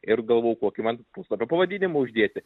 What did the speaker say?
ir galvojau kokį man puslapio pavadinimą uždėti